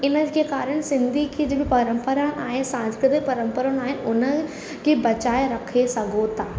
इन खे कारणि सिंधी जी जेकी परंपरा ऐं सांस्कृतिक परंपराऊं आहे उन खे बचाए रखे सघो था